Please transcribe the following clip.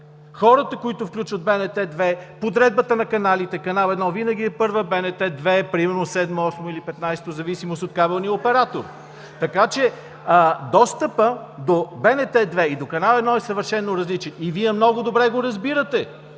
Хората, които включват БНТ 2, подредбата на каналите – Канал 1 винаги е първа, БНТ 2 е примерно 7, 8 или 15 в зависимост от кабелния оператор. Достъпът до БНТ 2 и до Канал 1 е съвършено различен и Вие много добре го разбирате.